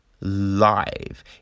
live